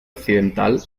occidental